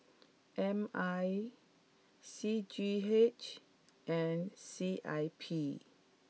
M I C G H and C I P